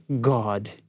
God